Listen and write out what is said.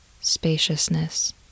spaciousness